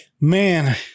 Man